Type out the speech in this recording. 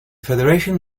federation